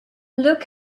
look